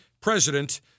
president